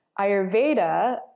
Ayurveda